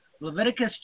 Leviticus